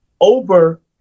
over